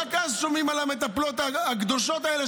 רק אז שומעים על המטפלות הקדושות האלה,